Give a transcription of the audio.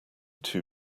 too